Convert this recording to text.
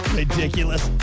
ridiculous